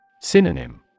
Synonym